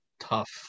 tough